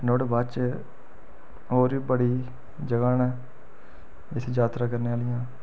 नुआढ़े बाद च होर बी बड़ी जगह् न जिसी जात्तरा करने आह्लियां